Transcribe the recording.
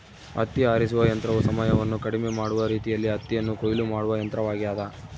ಹತ್ತಿ ಆರಿಸುವ ಯಂತ್ರವು ಸಮಯವನ್ನು ಕಡಿಮೆ ಮಾಡುವ ರೀತಿಯಲ್ಲಿ ಹತ್ತಿಯನ್ನು ಕೊಯ್ಲು ಮಾಡುವ ಯಂತ್ರವಾಗ್ಯದ